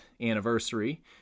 anniversary